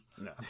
No